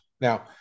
Now